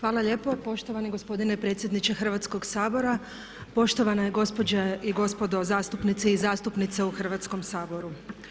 Hvala lijepo poštovani gospodine predsjedniče Hrvatskoga sabora, poštovane gospođe i gospodo zastupnici i zastupnice u Hrvatskom saboru.